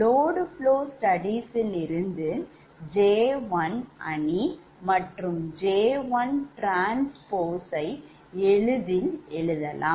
Load flow studies இலிருந்து J1matrixஅணிமற்றும்J1 transpose transpose matrix எளிதில் எழுதலாம்